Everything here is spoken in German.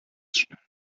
schnell